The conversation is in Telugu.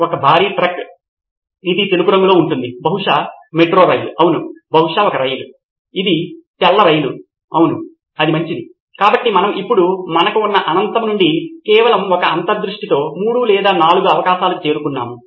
ఒక భారీ ట్రక్ ఇది తెలుపు రంగులో ఉంటుంది బహుశా మెట్రో రైలు అవును బహుశా ఒక రైలు ఒక తెల్ల రైలు అవును అది మంచిది కాబట్టి మనం ఇప్పుడు మనకు ఉన్న అనంతం నుండి కేవలం ఒక అంతర్దృష్టితో 3 లేదా 4 అవకాశాలకు చేరుకున్నాము